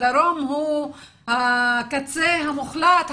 הדרום הוא הקצה המוחלט,